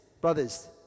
brothers